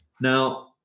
Now